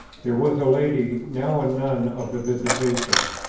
there was a lady, now a nun of the visitation,